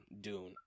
dune